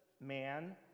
man